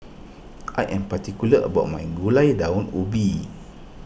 I am particular about my Gulai Daun Ubi